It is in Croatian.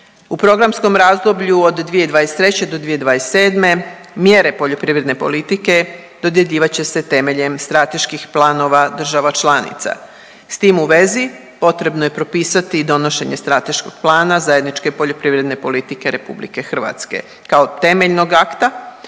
U programskom razdoblju od 2023. do 2027. mjere poljoprivredne politike dodjeljivat će se temeljem strateških planova država članica. S tim u vezi potrebno je propisati i donošenje strateškog plana zajedničke poljoprivredne politike Republike Hrvatske kao temeljnog akta